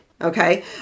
okay